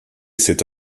cet